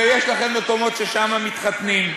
ויש לכם מקומות ששם מתחתנים.